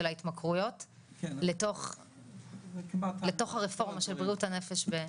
ההתמכרויות לתוך הרפורמה של בריאות הנפש.